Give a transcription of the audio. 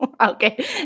Okay